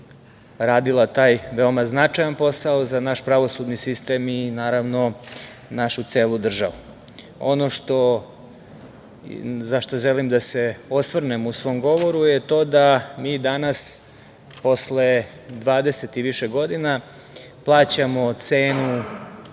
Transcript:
radila taj veoma značajan posao za naš pravosudni sistem i naravno našu celu državu. Ono na šta želim da se osvrnem u svom govoru je to da mi danas posle 20 i više godina plaćamo cenu